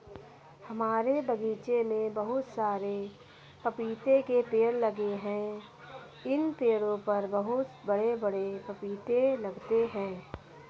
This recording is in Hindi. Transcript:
हमारे बगीचे में बहुत सारे पपीते के पेड़ लगे हैं इन पेड़ों पर बहुत बड़े बड़े पपीते लगते हैं